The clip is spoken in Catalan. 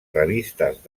revistes